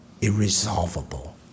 irresolvable